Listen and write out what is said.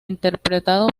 interpretado